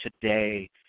today